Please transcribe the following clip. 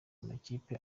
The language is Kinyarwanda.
amakipe